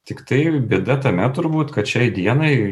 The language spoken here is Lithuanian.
tiktai bėda tame turbūt kad šiai dienai